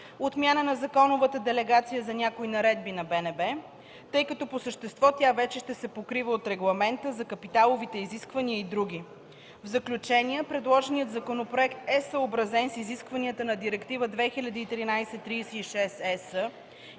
отмяна на законовата делегация за някои Наредби на БНБ, тъй като по същество тя вече ще се покрива от Регламента за капиталовите изисквания и др. В заключение, предложеният законопроект е съобразен с изискванията на Директива 2013/36/ЕС